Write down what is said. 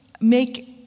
make